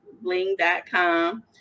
bling.com